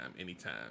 anytime